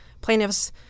plaintiffs